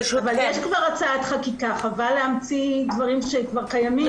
יש כבר הצעת חקיקה, חבל להמציא דברים שכבר קיימים.